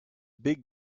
big